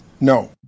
no